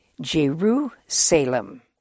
Jerusalem